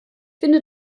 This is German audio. finde